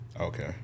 Okay